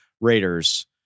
Raiders